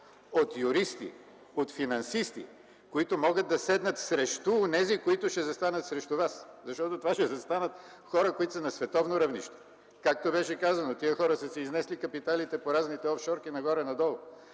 от юристи, от финансисти, които могат да седнат срещу онези, които ще застанат срещу Вас, защото срещу Вас ще застанат хора, които са на световно равнище – както беше казано: тези хора са си изнесли капиталите по разните офшорки нагоре-надолу.